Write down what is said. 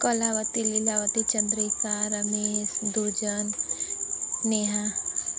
Kalavati Leelavati Chandrika Ramesh Durjan Neha